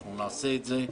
אנחנו נעשה זה.